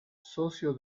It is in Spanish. socio